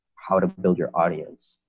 how to build your audience,